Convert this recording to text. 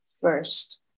first